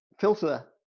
filter